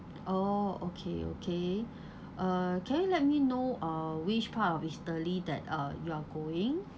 oh okay okay uh can you let me know uh which part of italy that uh you are going